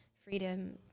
freedom